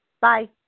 Bye